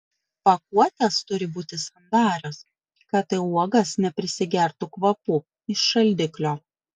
pakuotės turi būti sandarios kad į uogas neprisigertų kvapų iš šaldiklio